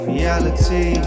Reality